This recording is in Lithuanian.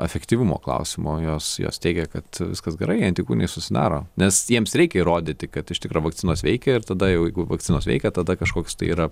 efektyvumo klausimo jos jos teigė kad viskas gerai antikūnai susidaro nes jiems reikia įrodyti kad iš tikro vakcinos veikia ir tada jau jeigu vakcinos veikia tada kažkoks tai yra